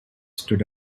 stood